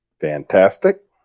Fantastic